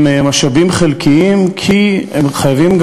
עם משאבים חלקיים, כי חייבים,